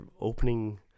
opening